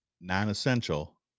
non-essential